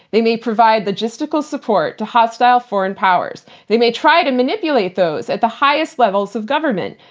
they may provide logistical support to hostile foreign powers. they may try to manipulate those at the highest levels of government.